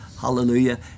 Hallelujah